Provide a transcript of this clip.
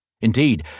Indeed